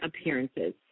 appearances